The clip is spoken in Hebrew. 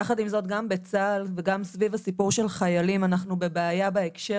יחד עם זאת גם בצה"ל וגם סביב הסיפור של חיילים אנחנו בבעיה בהקשר